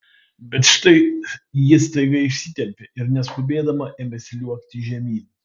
bet štai ji staiga išsitempė ir neskubėdama ėmė sliuogti žemyn